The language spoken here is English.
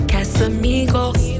Casamigos